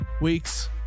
weeks